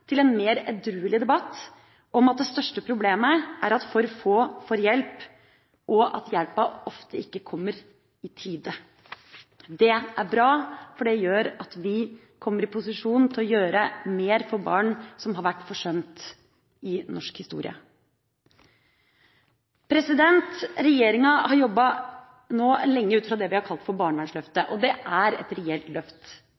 til en mer edruelig debatt om at det største problemet er at for få får hjelp, og at hjelpa ofte ikke kommer i tide. Det er bra, for det gjør at vi kommer i posisjon til å gjøre mer for barn som har vært forsømt i norsk historie. Regjeringa har nå jobbet lenge ut fra det vi har kalt for